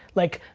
like,